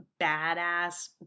badass